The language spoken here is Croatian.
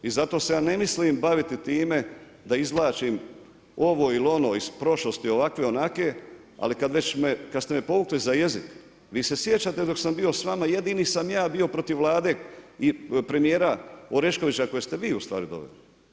I zato se ja ne mislim baviti time da izvlačim ovo ili ono iz prošlosti ovakve, onakve, ali kada ste me povukli za jezik, vi se sjećate dok sam bio s vama jedini sam ja bio protiv vlade premijera Oreškovića koje ste vi ustvari doveli.